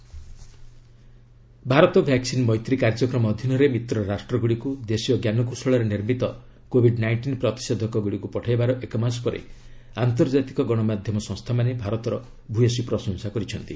India vaccine diplomacy Bharat 'vaccine Maitri' କାର୍ଯ୍ୟକ୍ରମ ଅଧୀନରେ ମିତ୍ର ରାଷ୍ଟ୍ରଗୁଡ଼ିକୁ ଦେଶୀୟ ଜ୍ଞାନକୌଶଳରେ ନିର୍ମିତ କୋବିଡ୍ ନାଇଷ୍ଟିନ୍ ପ୍ରତିଷେଧକ ଗୁଡ଼ିକୁ ପଠାଇବାର ଏକମାସ ପରେ ଆନ୍ତର୍କାତିକ ଗଣମାଧ୍ୟମ ସଂସ୍ଥାମାନେ ଭାରତର ଭୂୟସୀ ପ୍ରଶଂସା କରିଛନ୍ତି